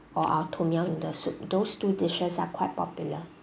or our tom yum noodle soup those two dishes are quite popular